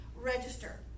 register